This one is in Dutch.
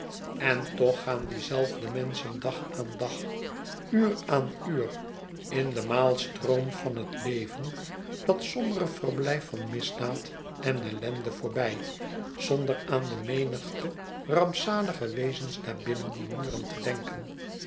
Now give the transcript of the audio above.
en toch gaan die zelfde menschen dag aan dag uur aan uur in den maalstroom van het leven dat sombere verblijf van misdaad en ellende voorbij zonder aan de menigte rampzalige wezens daar binnen die muren te denken